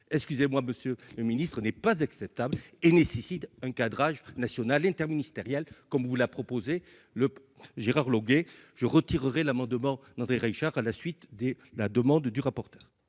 excusez-moi, monsieur le Ministre, n'est pas acceptable et nécessite un cadrage national interministériel comme vous l'a proposé le Gérard Longuet je retirerai l'amendement d'André Richard, à la suite des la demande du rapporteur.